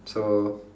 so